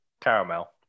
caramel